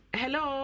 hello